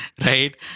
right